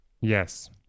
Yes